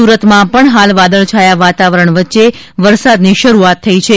સુરતમાં પણ હાલ વાદળછાયા વાતાવરણ વચ્ચે વરસાદની શરૂઆત થઇ છે